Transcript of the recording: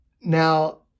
Now